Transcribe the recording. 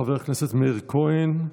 חבר הכנסת מאיר כהן,